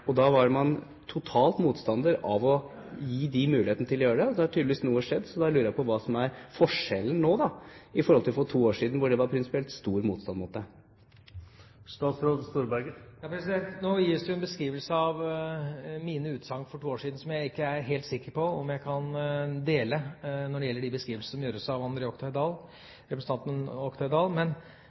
det. Da var man totalt motstander av å gi dem mulighetene til å gjøre det. Noe har da tydeligvis skjedd, og jeg lurer på hva som er forskjellen nå i forhold til for to år siden da det var prinsipielt stor motstand mot det. Nå gis det av representanten André Oktay Dahl en beskrivelse av mine utsagn for to år siden som jeg ikke er helt sikker på om jeg kan dele. Når det gjelder spørsmålet om samtykkebasert rustesting av skoleelever, er det, som